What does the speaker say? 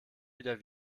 wieder